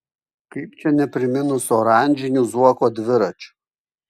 kaip čia nepriminus oranžinių zuoko dviračių